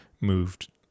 moved